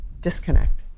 disconnect